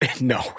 No